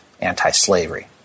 anti-slavery